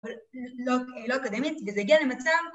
‫לא אקדמית, וזה הגיע למצב.